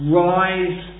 rise